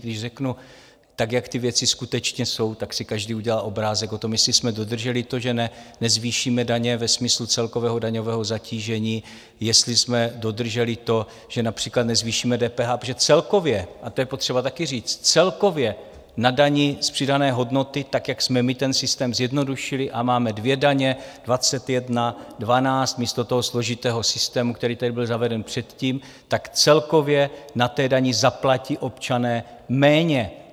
Když řeknu, jak ty věci skutečně jsou, tak si každý udělá obrázek o tom, jestli jsme dodrželi to, že nezvýšíme daně ve smyslu celkového daňového zatížení, jestli jsme dodrželi to, že například nezvýšíme DPH, protože celkově, a to je potřeba taky říct, celkově na dani z přidané hodnoty, jak jsme my ten systém zjednodušili a máme dvě daně, 21 a 12, místo toho složitého systému, který tady byl zaveden předtím, celkově na dani zaplatí občané méně.